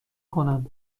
کنم